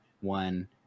one